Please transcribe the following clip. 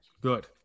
Good